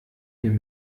dem